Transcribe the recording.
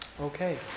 Okay